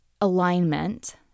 alignment